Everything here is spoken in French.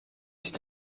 sites